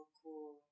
cool